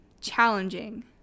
challenging